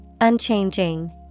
Unchanging